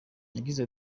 yagize